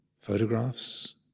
photographs